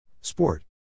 Sport